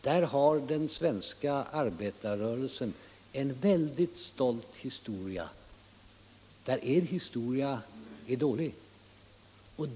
Där har den svenska arbetarrörelsen en mycket stolt historia, medan er historia är dålig.